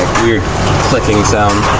weird clicking sound.